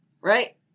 right